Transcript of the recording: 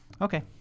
okay